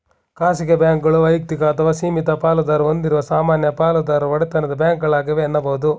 ಖಾಸಗಿ ಬ್ಯಾಂಕ್ಗಳು ವೈಯಕ್ತಿಕ ಅಥವಾ ಸೀಮಿತ ಪಾಲುದಾರ ಹೊಂದಿರುವ ಸಾಮಾನ್ಯ ಪಾಲುದಾರ ಒಡೆತನದ ಬ್ಯಾಂಕ್ಗಳಾಗಿವೆ ಎನ್ನುಬಹುದು